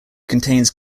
contains